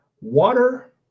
Water